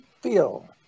feel